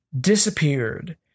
disappeared